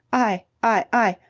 i. i. i.